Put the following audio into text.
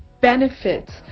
benefits